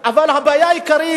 אבל הבעיה העיקרית,